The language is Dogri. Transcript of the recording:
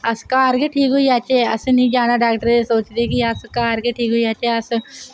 अस घर गै ठीक होई जाह्चै अस नी जाना डाक्टरै दे सोचदे कि अस घर के ठीक होई जाह्चै अस